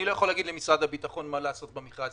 אני לא יכול לומר למשרד הביטחון מה לעשות במכרז.